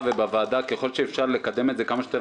ובוועדה ככל שאפשר לקדם את זה כמה שיותר